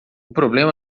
problema